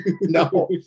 No